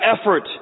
effort